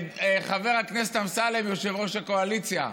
חבר הכנסת אמסלם, יושב-ראש הקואליציה,